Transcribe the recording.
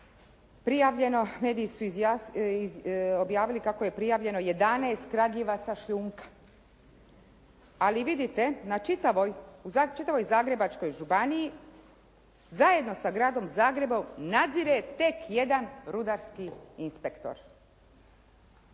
mediji su objavili kako je prijavljeno 11 kradljivaca šljunka. Ali vidite, u čitavoj Zagrebačkoj županiji zajedno sa Gradom Zagrebom nadzire tek jedan rudarski inspektor.